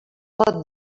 pot